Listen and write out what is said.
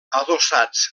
adossats